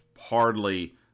hardly